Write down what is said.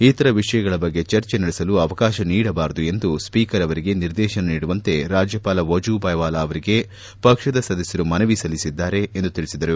ಇತರ ವಿಷಯಗಳ ಬಗ್ಗೆ ಚರ್ಚೆ ನಡೆಸಲು ಅವಕಾಶ ನೀಡಬಾರದು ಎಂದು ಸ್ವೀಕರ್ ಅವರಿಗೆ ನಿರ್ದೇಶನ ನೀಡುವಂತೆ ರಾಜ್ಯಪಾಲ ವಜೂಬಾಯಿ ವಾಲಾ ಅವರಿಗೆ ಪಕ್ಷದ ಸದಸ್ಲರು ಮನವಿ ಸಲ್ಲಿಸಿದ್ದಾರೆ ಎಂದು ತಿಳಿಸಿದರು